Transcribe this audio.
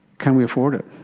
can we afford it?